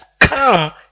come